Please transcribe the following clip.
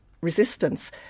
resistance